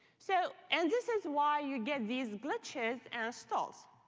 so and this is why you get these glitches and stalls.